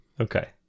Okay